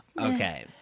okay